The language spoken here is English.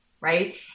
right